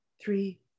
three